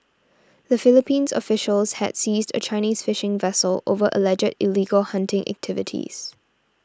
the Philippines officials had seized a Chinese fishing vessel over alleged illegal hunting activities